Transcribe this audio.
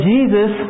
Jesus